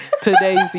today's